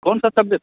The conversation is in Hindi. कौन सा सब्जेक्ट